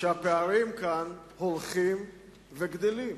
שהפערים כאן הולכים וגדלים?